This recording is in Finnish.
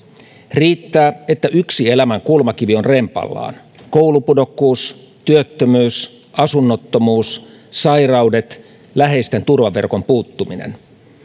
riittää että yksi elämän kulmakivi on rempallaan koulupudokkuus työttömyys asunnottomuus sairaudet läheisten turvaverkon puuttuminen